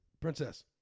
princess